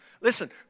listen